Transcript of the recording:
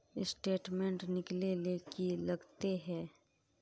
Statement निकले ले की लगते है?